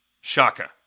Shaka